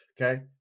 okay